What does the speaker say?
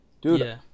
Dude